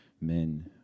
men